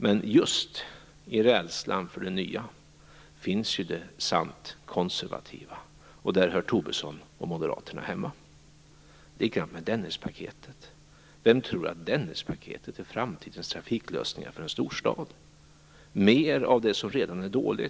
Men just i rädslan för det nya finns ju det sant konservativa, och där hör Tobisson och Moderaterna hemma. Det är likadant med Dennispaketet. Vem tror att Dennispaketet är framtidens trafiklösning för en storstad - mer av det som redan är dåligt?